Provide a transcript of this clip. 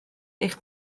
eich